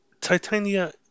Titania